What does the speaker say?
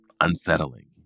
unsettling